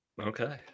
Okay